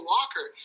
Walker –